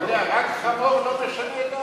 אתה יודע, רק חמור לא משנה את דעתו.